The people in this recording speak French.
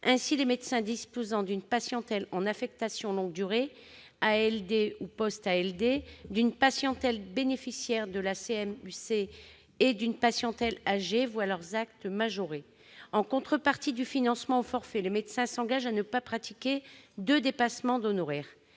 Ainsi les médecins disposant d'une patientèle en ALD, affection longue durée, ou post-ALD, d'une patientèle bénéficiaire de la CMU-C et d'une patientèle âgée voient leurs actes majorés. En contrepartie du financement au forfait, les médecins s'engagent à ne pas pratiquer de dépassements d'honoraires.